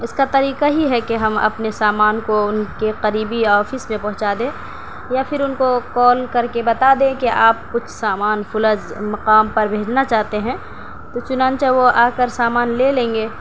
اس کا طریقہ ہی ہے کہ ہم اپنے سامان کو ان کے قریبی یا آفس میں پہنچا دیں یا پھر ان کو کال کر کے بتا دیں کہ آپ کچھ سامان فلاں مقام پر بھیجنا چاہتے ہیں تو چنانچہ وہ آ کر سامان لے لیں گے